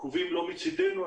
עיכובים לא מצדנו,